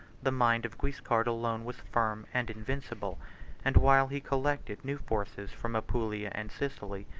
the mind of guiscard alone was firm and invincible and while he collected new forces from apulia and sicily,